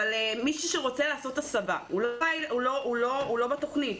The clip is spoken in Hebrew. מישהו שרוצה לעשות הסבה, הוא לא בתכנית.